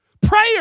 Prayer